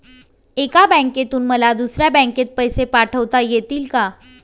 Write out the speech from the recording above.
एका बँकेतून मला दुसऱ्या बँकेत पैसे पाठवता येतील का?